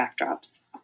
backdrops